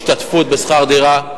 השתתפות בשכר דירה.